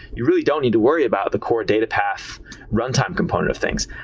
you really don't need to worry about the core data path runtime component of things.